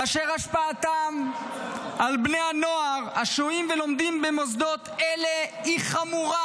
ואשר השפעתם על בני הנוער השוהים ולומדים במוסדות אלה היא חמורה,